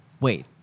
Wait